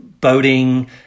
boating